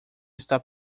está